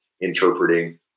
interpreting